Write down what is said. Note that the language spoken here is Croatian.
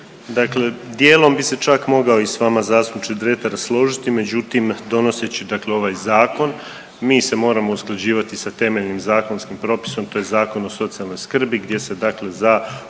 Dakle dijelom bi se čak mogao i s vama, zastupniče Dretar, složiti, međutim, donoseći dakle ovaj Zakon, mi se moramo usklađivati sa temeljnim zakonskim propisom, tj. Zakon o socijalnoj skrbi gdje se dakle za